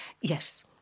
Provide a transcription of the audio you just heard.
Yes